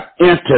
entered